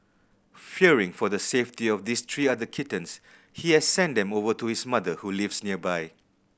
fearing for the safety of his three other kittens he has sent them over to his mother who lives nearby